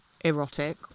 erotic